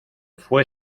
fue